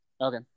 Okay